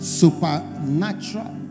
supernatural